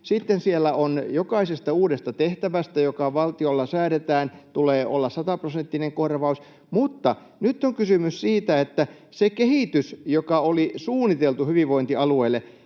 Sitten siellä on, että jokaisesta uudesta tehtävästä, joka valtiolla säädetään, tulee olla sataprosenttinen korvaus. Mutta nyt on kysymys siitä, miten sen kehityksen, joka oli suunniteltu hyvinvointialueille,